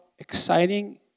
exciting